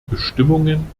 bestimmungen